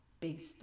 based